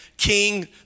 King